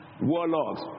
warlords